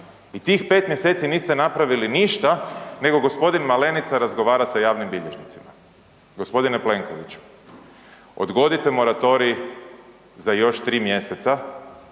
I tih 5 mjeseci niste napravili ništa nego g. Malenica razgovara sa javnim bilježnicima. g. Plenkoviću, odgodite moratorij za još 3 mjeseca,